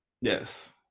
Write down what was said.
Yes